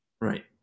right